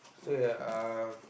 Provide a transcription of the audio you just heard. so ya uh